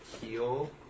heal